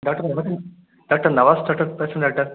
doctor வணக்கம் doctor Nawaz doctor பேசுகிறேன் doctor